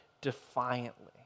defiantly